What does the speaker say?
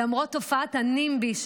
למרות תופעת ה-NIMBY,